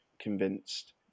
convinced